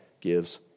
gives